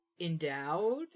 endowed